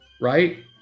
Right